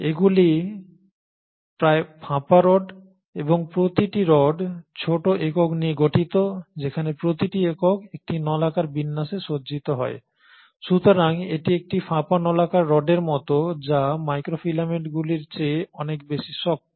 এগুলি প্রায় ফাঁপা রড এবং প্রতিটি রড ছোট একক নিয়ে গঠিত যেখানে প্রতিটি একক একটি নলাকার বিন্যাসে সজ্জিত হয় সুতরাং এটি একটি ফাঁপা নলাকার রডের মতো যা মাইক্রোফিলামেন্টগুলির চেয়ে অনেক বেশি শক্ত